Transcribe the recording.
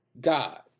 God